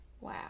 wow